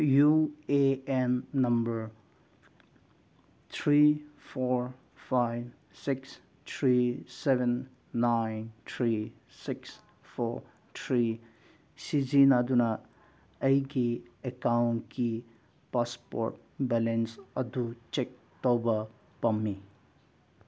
U A N number three four five six three seven nine three six four three ꯁꯤꯖꯤꯟꯅꯗꯨꯅ ꯑꯩꯒꯤ ꯑꯦꯀꯥꯎꯟꯀꯤ passbook balance ꯑꯗꯨ check ꯇꯧꯕ ꯄꯥꯝꯃꯤ